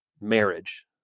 marriage